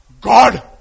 God